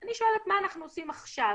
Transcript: אני שואלת: מה אנחנו עושים עכשיו,